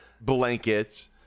blankets